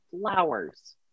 Flowers